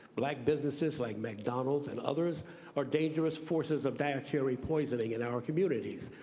black businesses like mcdonald's and others are dangerous forces of dietary poisoning in our communities